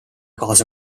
kaasa